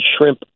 shrimp